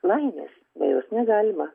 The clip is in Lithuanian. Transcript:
laimės be jos negalima